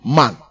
man